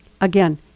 again